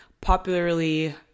popularly